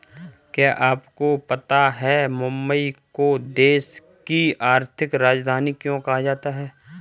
क्या आपको पता है मुंबई को देश की आर्थिक राजधानी क्यों कहा जाता है?